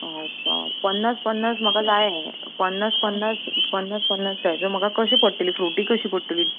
आं सो पन्नास पन्नास म्हाका जाये पन्नास पन्नास पन्नास पन्नास पन्नास जाय म्हाका कशें पडटलें फ्रुटी कशीं पडटलीं